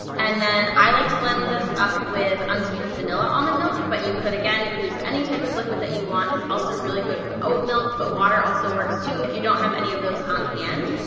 and then, i like to blend this up with unsweetened vanilla almond milk, but you could, again, use any type of liquid that you want, it's also really good with oat milk, but water also works too, if you don't have any of those on hand.